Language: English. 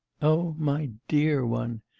oh, my dear one!